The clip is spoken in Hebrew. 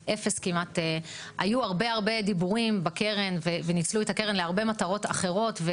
כמעט 0. היו הרבה הרבה דיבורים בקרן וניצלו את הקרן להרבה מטרות אחרות,